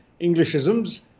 Englishisms